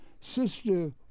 sister